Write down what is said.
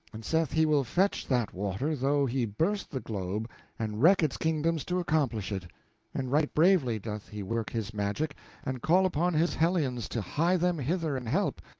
and saith he will fetch that water though he burst the globe and wreck its kingdoms to accomplish it and right bravely doth he work his magic and call upon his hellions to hie them hither and help,